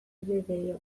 ibilbide